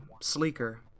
Sleeker